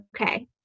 Okay